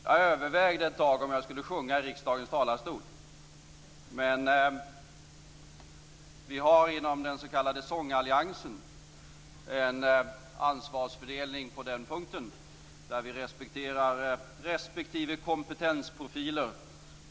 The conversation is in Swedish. Jag övervägde ett tag om jag skulle sjunga i riksdagens talarstol, men vi har inom den s.k. sångalliansen en ansvarsfördelning på den punkten där vi respekterar respektive kompetensprofiler.